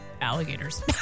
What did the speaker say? alligators